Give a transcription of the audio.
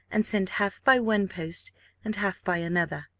and send half by one post and half by another.